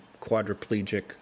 quadriplegic